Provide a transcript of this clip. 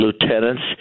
lieutenants